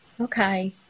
okay